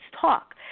talk